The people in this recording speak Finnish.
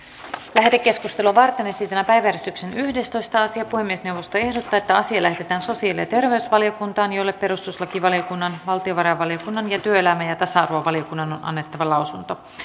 lähetekeskustelua varten esitellään päiväjärjestyksen yhdestoista asia puhemiesneuvosto ehdottaa että asia lähetetään sosiaali ja terveysvaliokuntaan jolle perustuslakivaliokunnan valtiovarainvaliokunnan ja työelämä ja tasa arvovaliokunnan on on annettava lausunto